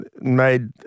made